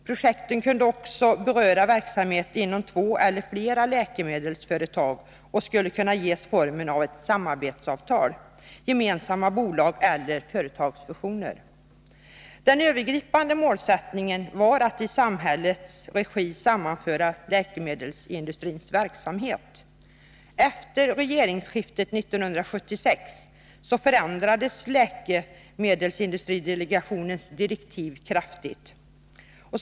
Projekten kunde också beröra verksamheten inom två eller flera läkemedelsföretag och skulle kunna ges formen av samarbetsavtal, gemen samma bolag eller företagsfusioner. Den övergripande målsättningen var att Nr 23 i samhällets regi sammanföra läkemedelsindustrins verksamhet. Onsdagen den Efter regeringsskiftet 1976 förändrades läkemedelsindustridelegationens 10 november 1982 direktiv kraftigt.